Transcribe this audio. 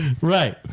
right